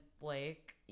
Blake